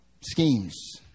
schemes